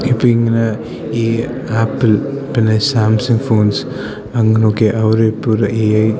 ഇപ്പം ഇങ്ങനെ ഈ ആപ്പിൽ പിന്നെ സാംസങ് ഫോൺസ് അങ്ങനെയൊക്കെ അവരി ഇപ്പം ഒരു ഈ എ ഐ